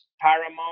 paramount